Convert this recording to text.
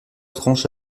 tranche